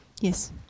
Yes